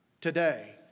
today